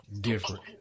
different